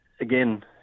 again